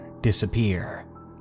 disappear